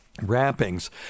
Wrappings